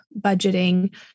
budgeting